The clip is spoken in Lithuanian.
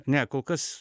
ne kol kas